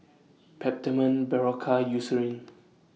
Peptamen Berocca Eucerin